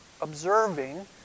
observing